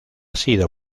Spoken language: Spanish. sido